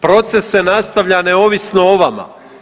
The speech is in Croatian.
Proces se nastavlja neovisno o vama.